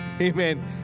Amen